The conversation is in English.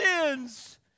sins